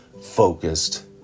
focused